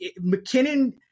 McKinnon –